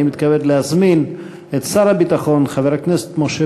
אני מתכבד להזמין את שר הביטחון חבר הכנסת משה